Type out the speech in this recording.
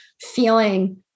feeling